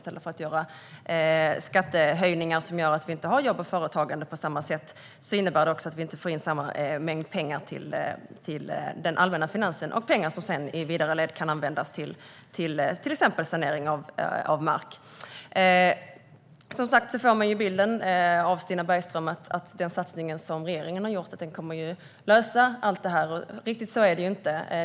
Om man gör skattehöjningar som gör att vi inte har jobb och företagande innebär det, på samma sätt, att vi inte får in samma mängd pengar till de allmänna finanserna - pengar som i senare led kan användas till exempelvis sanering av mark. Man får som sagt bilden av Stina Bergström att den satsning som regeringen har gjort kommer att lösa allt, men riktigt så är det inte.